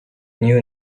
knew